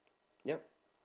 yup